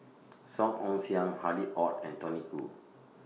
Song Ong Siang Harry ORD and Tony Khoo